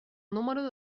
número